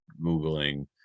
googling